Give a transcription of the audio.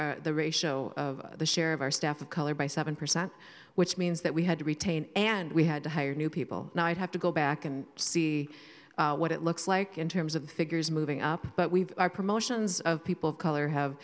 increased the ratio of the share of our staff of color by seven percent which means that we had to retain and we had to hire new people now i'd have to go back and see what it looks like in terms of figures moving up but we are promotions of people of color have